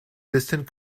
distant